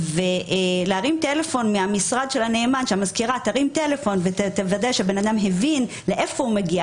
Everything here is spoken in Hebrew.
המזכירה ממשרד הנאמן תטלפן ותוודא שבן אדם הבין להיכן הוא מגיע